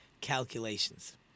calculations